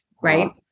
Right